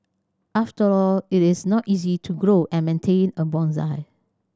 after all it is not easy to grow and maintain a bonsai